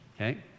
okay